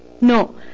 No